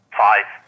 five